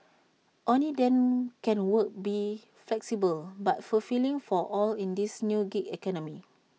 only then can work be flexible but fulfilling for all in this new gig economy